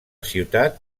ciutat